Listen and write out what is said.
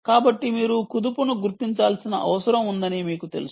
కాబట్టి మీరు కుదుపును గుర్తించాల్సిన అవసరం ఉందని మీకు తెలుసు